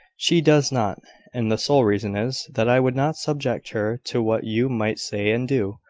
she does not and the sole reason is, that i would not subject her to what you might say and do.